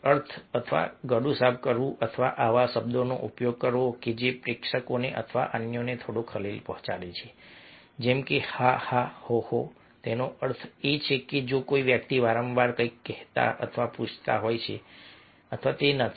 અર્થ અથવા ગળું સાફ કરવું અથવા આવા શબ્દોનો ઉપયોગ કરવો કે જે પ્રેક્ષકોને અથવા અન્યને થોડો ખલેલ પહોંચાડે છે જેમ કે હા હા હો હો તેનો અર્થ એ છે કે જો કોઈ વ્યક્તિ વારંવાર કંઈક કહેતા અથવા પૂછતા હોય કે તે નથી